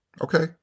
Okay